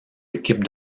équipes